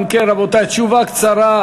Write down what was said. אם כן, רבותי, תשובה קצרה.